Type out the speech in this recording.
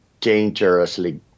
dangerously